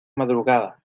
madrugada